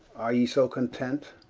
are ye so content?